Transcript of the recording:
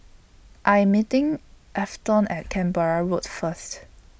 I Am meeting Afton At Canberra Road First